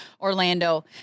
Orlando